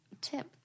tip